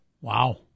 Wow